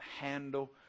handle